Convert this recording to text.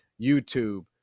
YouTube